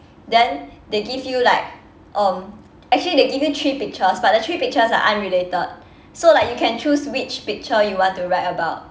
then they give you like um actually they give you three pictures but the three pictures are unrelated so like you can choose which picture you want to write about